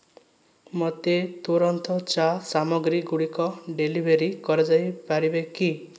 ମୋତେ ତୁରନ୍ତ ଚା ସାମଗ୍ରୀ ଗୁଡ଼ିକୁ ଡେଲିଭରି କରାଯାଇପାରିବେ କି